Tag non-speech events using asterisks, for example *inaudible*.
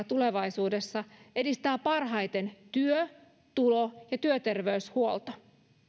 *unintelligible* tulevaisuudessa edistää parhaiten työ tulo ja työterveyshuolto